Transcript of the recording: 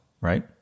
Right